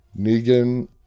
Negan